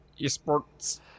Esports